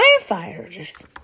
firefighters